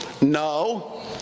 no